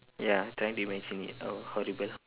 ya trying to imagine it oh horrible